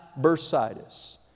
bursitis